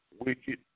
wicked